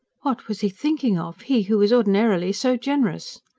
what was he thinking of, he who was ordinarily so generous?